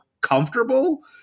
comfortable